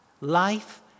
Life